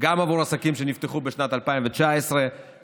גם עבור עסקים שנפתחו בשנת 2019 וגם